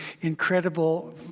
incredible